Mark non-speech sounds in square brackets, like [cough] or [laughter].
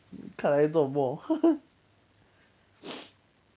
看来做莫 [laughs]